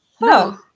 no